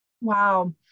Wow